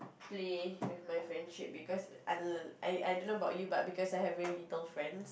play with my friendship because I I I don't know about you but because I have very little friends